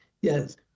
yes